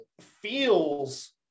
feels